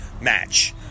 match